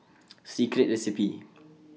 Secret Recipe